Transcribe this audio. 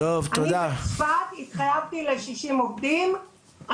אני בצפת התחייבתי ל-60 עובדים,